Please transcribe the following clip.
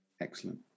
Excellent